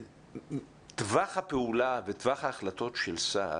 טווח הפעולה וטווח ההחלטות של שר